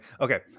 Okay